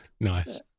Nice